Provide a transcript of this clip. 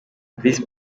visi